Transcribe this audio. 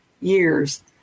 years